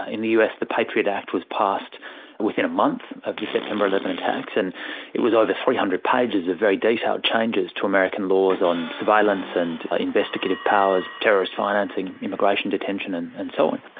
in the us, the patriot act was passed within a month of the september eleven attacks, and it was over three hundred pages of very detailed changes to american laws on surveillance and investigative powers, terrorist financing, immigration detention and and so on.